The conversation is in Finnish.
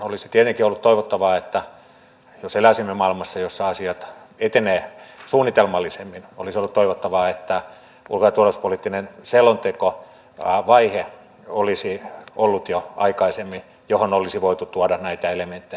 olisi tietenkin ollut toivottavaa jos eläisimme maailmassa jossa asiat etenesivät suunnitelmallisemmin että ulko ja turvallisuuspoliittinen selontekovaihe olisi ollut jo aikaisemmin ja siihen olisi voitu tuoda näitä elementtejä